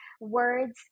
words